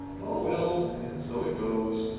oh well. and so it goes.